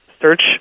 search